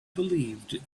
believed